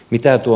mitä tuo